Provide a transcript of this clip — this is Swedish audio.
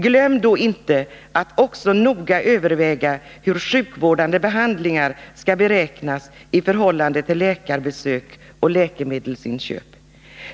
Glöm då inte att också noga överväga hur sjukvårdande behandlingar skall beräknas i förhållande till läkarbesök och läkemedelsinköp.